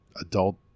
adult